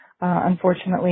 Unfortunately